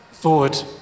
Forward